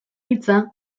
hitza